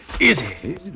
Easy